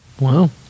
Wow